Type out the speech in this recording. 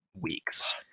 weeks